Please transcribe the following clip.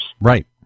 Right